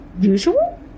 usual